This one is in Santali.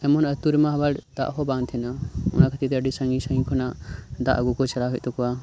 ᱮᱢᱚᱱ ᱟᱛᱳ ᱨᱮᱢᱟ ᱟᱵᱟᱨ ᱫᱟᱜ ᱦᱚᱸ ᱵᱟᱝ ᱛᱟᱦᱮᱱᱟ ᱚᱱᱟ ᱠᱷᱟᱛᱤᱨ ᱛᱮ ᱟᱰᱤ ᱥᱟᱸᱜᱤᱧ ᱥᱟᱸᱜᱤᱧ ᱠᱷᱚᱱᱟᱜ ᱫᱟᱜ ᱟᱜᱩ ᱠᱚ ᱪᱟᱞᱟᱜ ᱦᱳᱭᱳᱜ ᱛᱟᱠᱚᱣᱟ